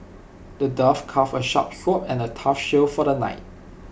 the dwarf crafted A sharp sword and A tough shield for the knight